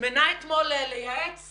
הוזמנה אתמול לייעץ